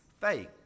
fake